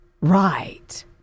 Right